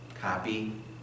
copy